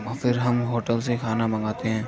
پھر ہم ہوٹل سے کھانا منگاتے ہیں